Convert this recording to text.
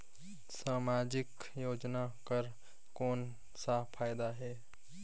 समाजिक योजना कर कौन का फायदा है?